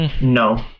no